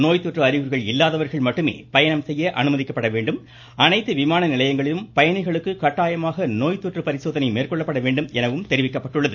நோய்த்தொற்று அறிகுறிகள் இல்லாதவர்கள் மட்டுமே பயணம் செய்ய அனுமதிக்கப்பட வேண்டும் அனைத்து விமான நிலையங்களிலும் பயணிகளுக்கு கட்டாயமாக நோய்த்தொற்று பரிசோதனை மேற்கொள்ள வேண்டும் எனவும் தெரிவிக்கப்பட்டுள்ளது